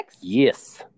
Yes